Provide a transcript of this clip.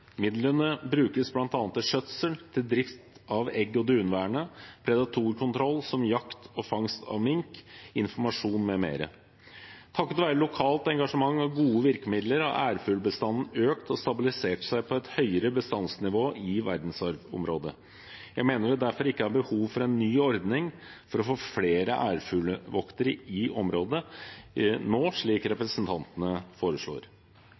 Midlene brukes bl.a. til skjøtsel og drift av egg- og dunværene, til predatorkontroll som jakt og fangst av mink, til informasjon m.m. Takket være lokalt engasjement og gode virkemidler har ærfuglbestanden økt og stabilisert seg på et høyere bestandsnivå i verdensarvområdet. Jeg mener det derfor ikke er behov for en ny ordning for å få flere ærfuglvoktere i området nå, slik representantene foreslår.